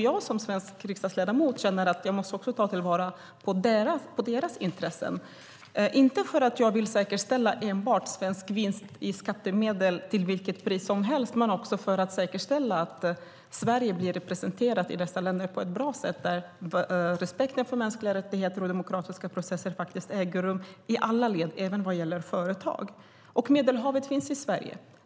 Jag som svensk riksdagsledamot känner att jag också måste ta till vara deras intressen, inte enbart för att jag vill säkerställa svensk vinst i skattemedel till vilket pris som helst utan också för att säkerställa att Sverige blir representerat i dessa länder på ett bra sätt där respekten för mänskliga rättigheter och demokratiska processer faktiskt äger rum i alla led, även när det gäller företag. Medelhavet finns i Sverige.